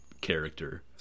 character